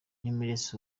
nameless